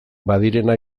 badirena